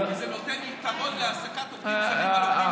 כי זה נותן יתרון להעסקת עובדים זרים על פני עובדים ישראלים.